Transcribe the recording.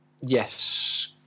Yes